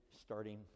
starting